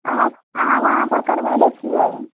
अहाँ अहाँ वहाँपर करबयने छियै